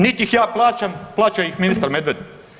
Niti ih ja plaćam, plaća ih ministar Medved.